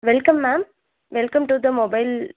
welcome ma'am welcome to the mobile